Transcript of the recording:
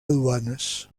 duanes